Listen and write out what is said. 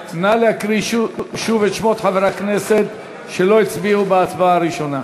שוב את שמות חברי הכנסת שלא הצביעו בהצבעה הראשונה.